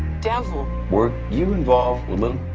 devil. were you involved with little?